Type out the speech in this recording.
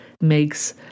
makes